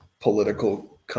political